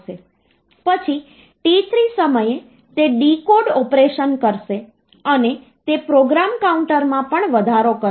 પછી t3 સમયે તે ડીકોડ ઓપરેશન કરશે અને તે પ્રોગ્રામ કાઉન્ટરનમાં પણ વધારો કરશે